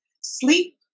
sleep